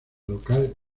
local